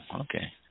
Okay